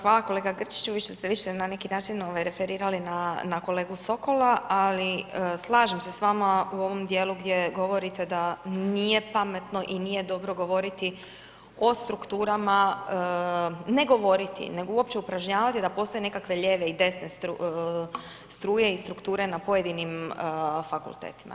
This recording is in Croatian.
Hvala kolega Grčiću, više ste više na neki način referirali na kolegu Sokola, ali slažem se s vama u ovim dijelu gdje govorite da nije pametno i nije dobro govoriti o strukturama ne govoriti, nego uopće upražnjavati da postoje nekakve lijeve i desne struje i strukture na pojedinim fakultetima.